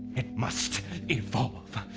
it must evolve.